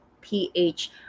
PH